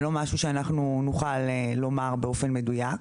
זה לא משהו שאנחנו נוכל לומר באופן מדויק.